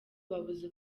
babuza